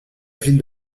ville